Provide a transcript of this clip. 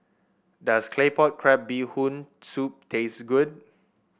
does Claypot Crab Bee Hoon Soup taste good